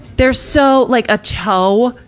they're so, like a toe,